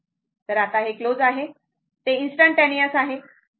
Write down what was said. तर आता ते क्लोज आहे ते इंस्टंटेनियस आहे